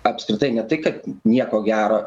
apskritai ne tai kad nieko gero